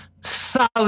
solid